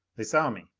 they saw me.